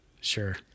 Sure